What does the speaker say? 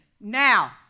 now